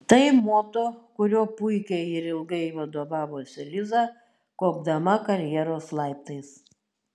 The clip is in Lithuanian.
tai moto kuriuo puikiai ir ilgai vadovavosi liza kopdama karjeros laiptais